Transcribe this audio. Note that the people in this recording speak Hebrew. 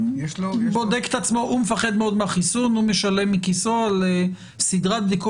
הוא בודק את עצמו הוא מפחד מאוד מהחיסון הוא משלם מכיסו לסדרת בדיקות,